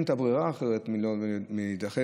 אין להם ברירה אחרת אלא להידחס,